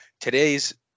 Today's